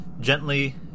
gently